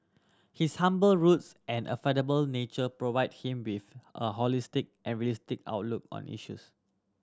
his humble roots and affable nature provide him with a holistic and realistic outlook on issues